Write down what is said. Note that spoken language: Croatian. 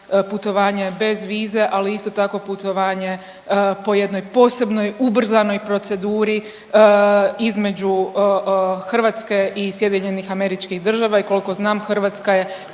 putovanje bez vize, ali isto tako putovanje po jednoj posebnoj ubrzanoj proceduru između Hrvatske i SAD-a i koliko znam Hrvatska je